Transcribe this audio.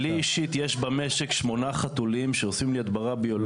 לי אישית יש במשק שמונה חתולים שעושים לי הדברה ביולוגית.